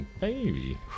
baby